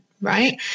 right